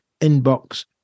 inbox